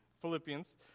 Philippians